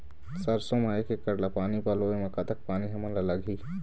सरसों म एक एकड़ ला पानी पलोए म कतक पानी हमन ला लगही?